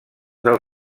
del